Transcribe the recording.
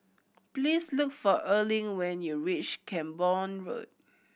please look for Erling when you reach Camborne Road